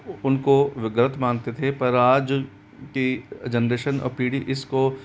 उनको गलत मानते थे पर आज की जनरेशन और पीढ़ी इसको